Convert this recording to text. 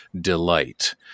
delight